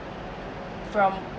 from